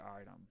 item